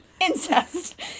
incest